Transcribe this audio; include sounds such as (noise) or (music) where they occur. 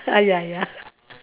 !aiyaya! (laughs)